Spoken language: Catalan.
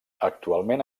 actualment